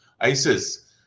ISIS